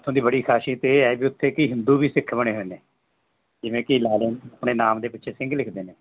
ਇੱਥੋਂ ਦੀ ਬੜੀ ਖਾਸੀਅਤ ਇਹ ਹੈ ਵੀ ਉੱਥੇ ਕਿ ਹਿੰਦੂ ਵੀ ਸਿੱਖ ਬਣੇ ਹੋਏ ਨੇ ਜਿਵੇਂ ਕਿ ਲਾਲੇ ਆਪਣੇ ਨਾਮ ਦੇ ਪਿੱਛੇ ਸਿੰਘ ਲਿਖਦੇ ਨੇ